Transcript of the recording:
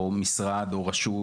או משרד או רשות,